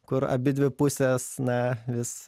kur abidvi pusės na vis